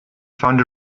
found